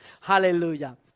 Hallelujah